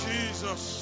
Jesus